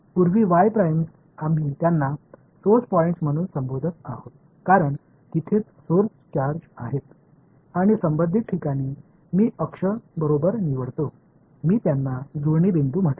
पूर्वी Y primes आम्ही त्यांना सोर्स पॉइंट्स म्हणून संबोधत आहोत कारण तिथेच सोर्स चार्ज आहेत आणि संबंधित ठिकाण मी अक्ष बरोबर निवडतो मी त्यांना जुळणी बिंदू म्हटले